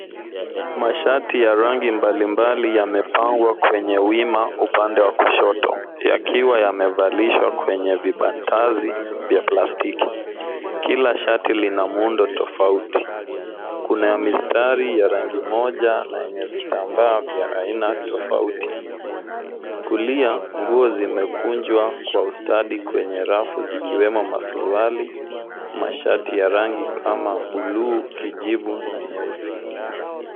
Mashati ya rangi mbalimbali yamepangwa kwenye wima upande wa kushoto, yakiwa yamevalishwa kwenye vibantazi vya plastiki. Kila shati lina muundo tofauti. Kuna ya mistari, ya rangi moja na yenye vitambaa vya aina tofauti. Kulia, nguo zimekunjwa kwa ustadi kwenye rafu zikiwemo masuruali, mashati ya rangi kama buluu, kijivu na nyeusi.